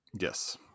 yes